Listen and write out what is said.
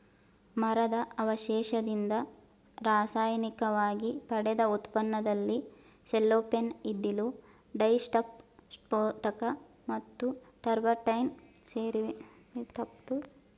ಮರದ ಅವಶೇಷದಿಂದ ರಾಸಾಯನಿಕವಾಗಿ ಪಡೆದ ಉತ್ಪನ್ನದಲ್ಲಿ ಸೆಲ್ಲೋಫೇನ್ ಇದ್ದಿಲು ಡೈಸ್ಟಫ್ ಸ್ಫೋಟಕ ಮತ್ತು ಟರ್ಪಂಟೈನ್ ಸೇರಿವೆ